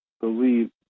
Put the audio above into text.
believe